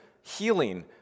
healing